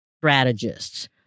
strategists